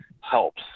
helps